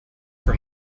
for